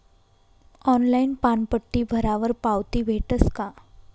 Online पानपट्टी भरावर पावती भेटस का?